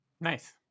Nice